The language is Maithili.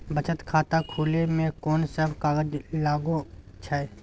बचत खाता खुले मे कोन सब कागज लागे छै?